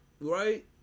right